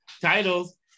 titles